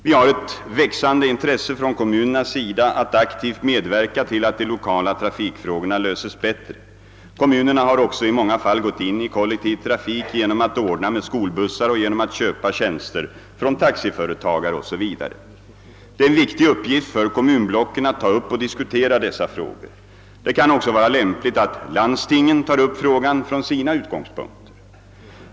Vi har ett växande intresse från kommunernas sida att aktivt medverka till att de lokala trafikfrågorna löses bättre. Kommunerna har också i många fall gått in i kollektiv trafik genom att ordna med skolbussar och genom att köpa tjänster från taxiföretagare 0. s. V. Det är en viktig uppgift för kommunblocken att ta upp och diskutera dessa frågor. Det kan också vara lämpligt att landstingen tar upp frågan från sina utgångspunkter.